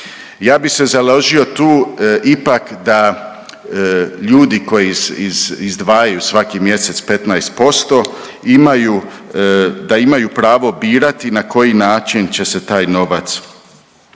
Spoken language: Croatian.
Ja bi se založio tu ipak da ljudi koji izdvajaju svaki mjesec 15% da imaju pravo birati na koji način će se taj novac